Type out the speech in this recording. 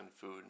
food